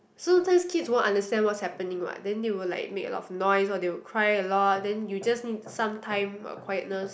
sometimes kids won't understand what's happening what then they will like make a lot of noise or they will cry a lot then you just need some time for quietness